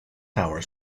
tower